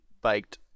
biked